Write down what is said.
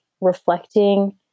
reflecting